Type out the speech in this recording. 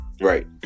Right